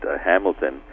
Hamilton